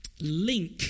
link